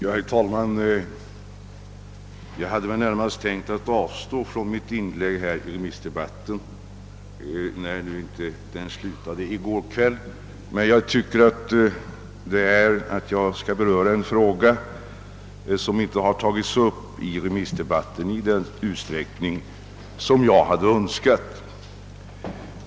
Herr talman! Jag hade närmast tänkt avstå från mitt inlägg i remissdebatten, när den inte slutade i går kväll. Men jag tycker att jag skall beröra en fråga som inte har tagits upp i remissdebatten i den utsträckning som jag hade önskat.